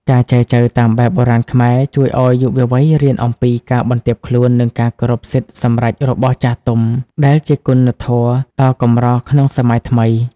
ការចែចូវតាមបែបបុរាណខ្មែរ ជួយឱ្យយុវវ័យរៀនអំពី "ការបន្ទាបខ្លួន និងការគោរពសិទ្ធិសម្រេចរបស់ចាស់ទុំ" ដែលជាគុណធម៌ដ៏កម្រក្នុងសម័យថ្មី។